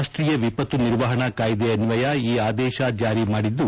ರಾಷ್ಟೀಯ ವಿಪತ್ನು ನಿರ್ವಹಣಾ ಕಾಯ್ಲೆ ಅನ್ವಯ ಈ ಆದೇಶ ಜಾರಿ ಮಾಡಿದ್ದು